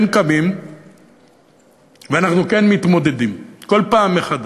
קמים ואנחנו כן מתמודדים כל פעם מחדש,